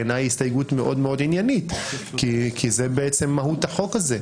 בעיני זו הסתייגות מאוד-מאוד עניינית כי זה מהות החוק הזה.